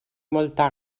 molta